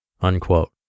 unquote